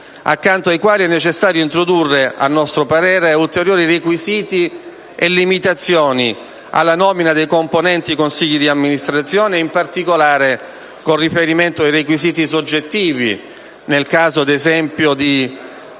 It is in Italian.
accanto ai quali è necessario introdurre, a nostro parere, ulteriori requisiti e limitazioni alla nomina dei componenti dei consigli di amministrazione, con riferimento in particolare ai requisiti soggettivi, nel caso ad esempio di